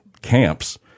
camps